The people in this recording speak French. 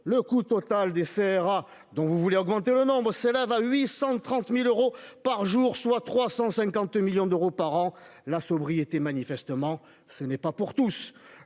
le coût total des CRA dont vous voulez augmenter le nombre s'élève à 830000 euros par jour, soit 350 millions d'euros par an, la sobriété manifestement ce n'est pas pour tous